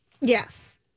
Yes